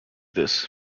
this